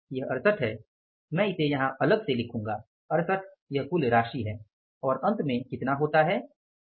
यह 68 है मैं इसे यहां अलग से लिखूंगा 68 यह कुल राशि है और अंत में कितना होता है